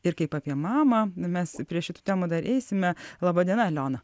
ir kaip apie mamą mes prie šitų temų dar eisime laba diena aliona